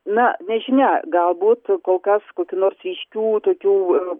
na nežinia galbūt kol kas kokių nors ryškių tokių